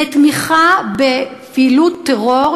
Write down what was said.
לתמיכה בפעילות טרור,